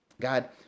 God